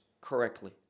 correctly